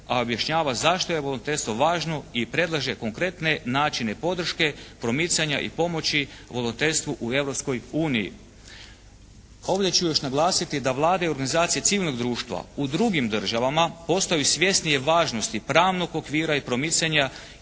a objašnjava zašto je volonterstvo važno i predlaže konkretne načine podrške, promicanja i pomoći volonterstvu u Europskoj uniji. Ovdje ću još naglasiti da vlade i organizacije civilnog društva u drugim državama postaju svjesnije važnosti pravnog okvira i promicanja